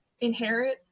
inherit